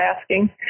asking